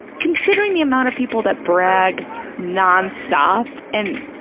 considering the amount of people that brag non-stop and,